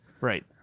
Right